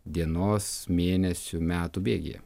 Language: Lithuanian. dienos mėnesių metų bėgyje